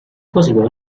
possible